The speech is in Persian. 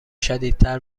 شدیدتر